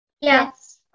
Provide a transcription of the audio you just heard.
Yes